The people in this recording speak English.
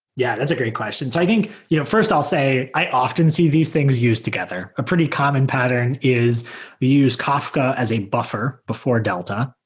yeah, that's a great questions. i think, you know first i'll say, i often see these things used together. a pretty common pattern is we use kafka as a buffer before delta.